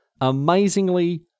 Amazingly